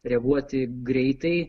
reaguoti greitai